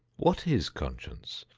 what is conscience?